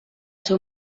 seu